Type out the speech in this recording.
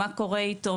מה קורה איתו,